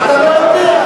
זה לא נכון.